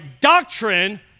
doctrine